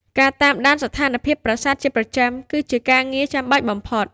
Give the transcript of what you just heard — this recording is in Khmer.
ការតាមដានស្ថានភាពប្រាសាទជាប្រចាំ គឺជាការងារចាំបាច់បំផុត។